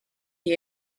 you